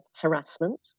harassment